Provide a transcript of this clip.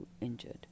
injured